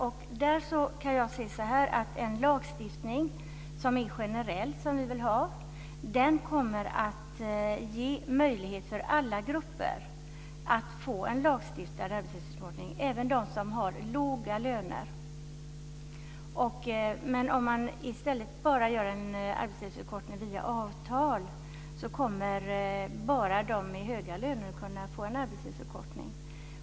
Jag kan säga att en lagstiftning som är generell och som vi vill ha kommer att ge möjlighet för alla grupper att få en lagstiftad arbetstidsförkortning, även dem som har låga löner. Men om man i stället bara gör en arbetstidsförkortning via avtal så kommer bara de som har höga löner att kunna få en arbetstidsförkortning.